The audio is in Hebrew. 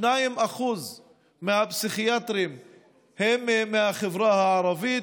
2% מהפסיכיאטרים הם מהחברה הערבית,